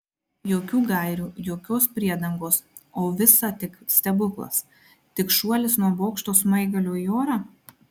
jokių gairių jokios priedangos o visa tik stebuklas tik šuolis nuo bokšto smaigalio į orą